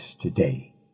today